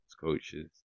coaches